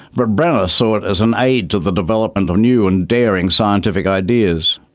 but brenner saw it as an aid to the development of new and daring scientific ideas.